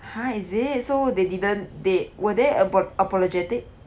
ha is it so they didn't they were they apo~ apologetic